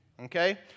okay